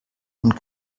und